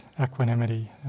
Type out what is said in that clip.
equanimity